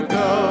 go